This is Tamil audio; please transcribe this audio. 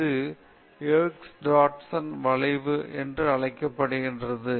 இது Yerkes Dodson வளைவு என்று அழைக்கப்படுகிறது